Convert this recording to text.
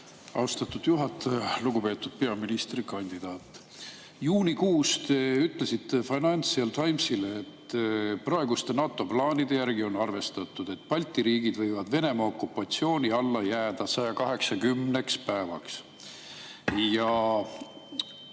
Austatud juhataja! Lugupeetud peaministrikandidaat! Juunikuus te ütlesite Financial Timesile, et praeguste NATO plaanide järgi on arvestatud, et Balti riigid võivad Venemaa okupatsiooni alla jääda 180 päevaks.